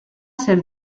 ser